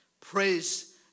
Praise